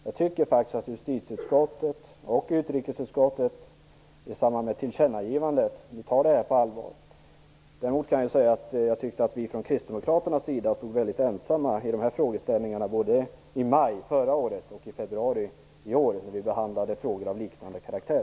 Jag tycker faktiskt att justitieutskottet och utrikesutskottet i samband med tillkännagivandet tog det här på allvar. Däremot kan jag säga att jag tycker att vi kristdemokrater stod mycket ensamma i de här frågeställningarna, både i maj förra året och i februari i år då vi behandlade frågor av liknande karaktär.